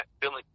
feeling